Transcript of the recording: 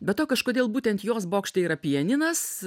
be to kažkodėl būtent jos bokšte yra pianinas